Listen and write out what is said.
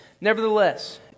Nevertheless